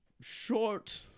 short